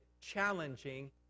challenging